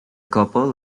couple